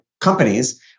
companies